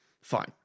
fine